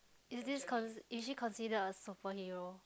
is this con is she considered a superhero